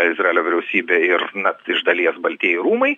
izraelio vyriausybė ir na iš dalies baltieji rūmai